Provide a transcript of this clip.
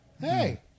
Hey